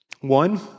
One